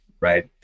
Right